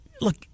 Look